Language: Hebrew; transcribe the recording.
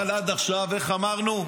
אבל עד עכשיו, איך אמרנו?